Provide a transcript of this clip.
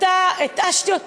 התשתם אותו.